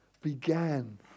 began